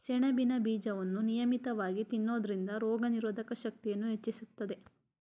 ಸೆಣಬಿನ ಬೀಜವನ್ನು ನಿಯಮಿತವಾಗಿ ತಿನ್ನೋದ್ರಿಂದ ರೋಗನಿರೋಧಕ ಶಕ್ತಿಯನ್ನೂ ಹೆಚ್ಚಿಸ್ತದೆ